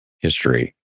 history